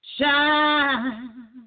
Shine